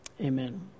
Amen